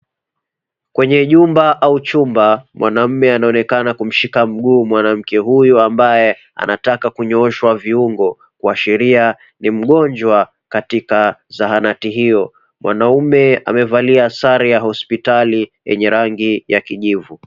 Kwenye jumba au chumba mwanamume anaonekana kumshika mguu mwanamke huyo ambaye anataka kunyoshwa viungo, kuashiria ni mgonjwa katika zahanati hiyo. Mwanamume amevalia sare ya hospitali yenye rangi ya kijivu.